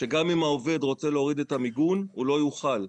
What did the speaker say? שגם אם העובד רוצה להוריד את המיגון הוא לא יוכל.